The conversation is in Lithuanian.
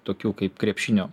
tokių kaip krepšinio